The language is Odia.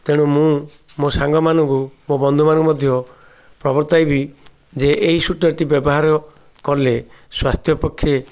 ତେଣୁ ମୁଁ ମୋ ସାଙ୍ଗମାନଙ୍କୁ ମୋ ବନ୍ଧୁମାନଙ୍କୁ ମଧ୍ୟ ପ୍ରବର୍ତ୍ତାଇବି ଯେ ଏଇ ସ୍ଵିଟର୍ଟି ବ୍ୟବହାର କଲେ ସ୍ୱାସ୍ଥ୍ୟ ପକ୍ଷେ